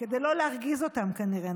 כדי לא להרגיז אותם כנראה.